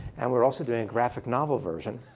and we're also doing a graphic novel version.